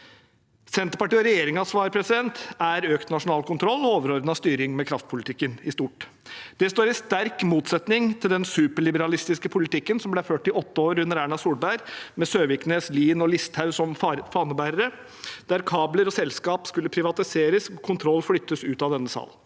Senterpartiet og regjeringens svar er økt nasjonal kontroll og overordnet styring med kraftpolitikken i stort. Det står i sterk motsetning til den superliberalistiske politikken som ble ført i åtte år under Erna Solberg, med Søviknes, Lien og Listhaug som fanebærere, der kabler og selskap skulle privatiseres og kontroll flyttes ut av denne salen.